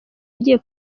yagiye